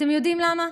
אתם יודעים למה?